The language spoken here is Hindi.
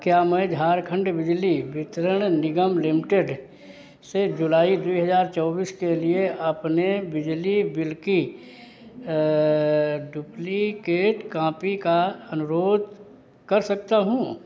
क्या मैं झारखंड बिजली वितरण निगम लिमिटेड से जुलाई दो हजार चौबीस के लिए अपने बिजली बिल की डुप्लिकेट कॉपी का अनुरोध कर सकता हूँ